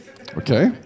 Okay